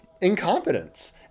incompetence